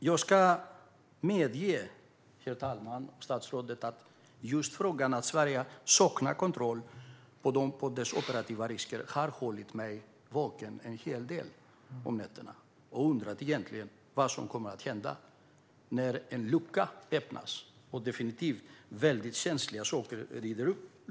Jag ska medge, herr talman och statsrådet, att frågan om Sverige saknar kontroll över sina operativa risker har hållit mig vaken om nätterna en hel del. Jag har undrat vad som kommer att hända när en lucka öppnas och saker som definitivt är väldigt känsliga slipper ut.